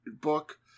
book